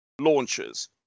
launches